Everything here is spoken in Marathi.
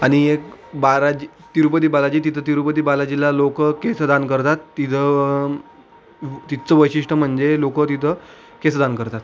आणि एक बालाजी तिरूपती बालाजी तिथं तिरूपती बालाजीला लोक केस दान करतात तिथं तिथचं वैशिष्ट्य म्हणजे लोक तिथं केस दान करतात